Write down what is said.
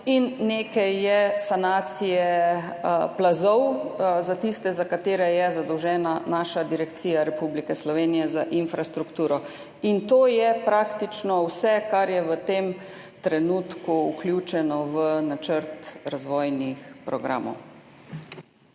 je sanacije plazov za tiste, za katere je zadolžena Direkcija Republike Slovenije za infrastrukturo. In to je praktično vse, kar je v tem trenutku vključeno v načrt razvojnih programov.